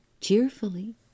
cheerfully